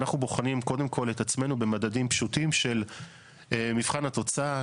אנחנו בוחנים קודם כל את עצמנו במדדים פשוטים של מבחן התוצאה,